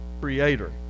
creator